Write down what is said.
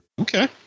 Okay